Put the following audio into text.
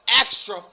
extra